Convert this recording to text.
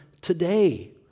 today